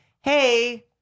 Hey